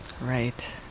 Right